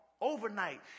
overnight